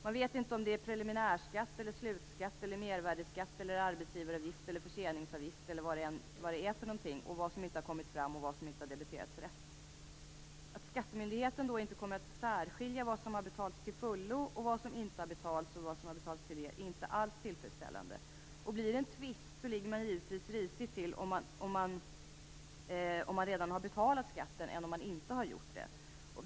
Man vet inte om det är preliminärskatt, slutskatt, mervärdesskatt, arbetsgivaravgift, förseningsavgift eller vad det nu är som inte har kommit fram och vad som inte har debiterats rätt. Att skattemyndigheten inte kommer att särskilja vad som har betalats till fullo och vad som inte har betalats in är inte alls tillfredsställande. Blir det en tvist ligger man givetvis risigare till om man redan har betalat in skatten än om man inte har gjort det.